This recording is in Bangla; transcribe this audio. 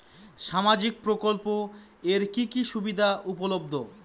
সামাজিক প্রকল্প এর কি কি সুবিধা উপলব্ধ?